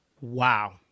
Wow